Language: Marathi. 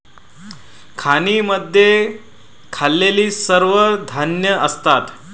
खाणींमध्ये खाल्लेली सर्व धान्ये असतात